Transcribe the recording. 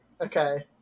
okay